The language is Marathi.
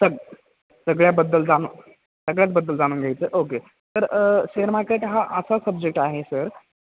सग सगळ्याबद्दल जान सगळ्यात बद्दल जाणून घ्यायचं ओके तर शेअर मार्केट हा असा सब्जेक्ट आहे सर